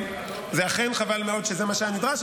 זה אכן חבל מאוד שזה מה שהיה נדרש,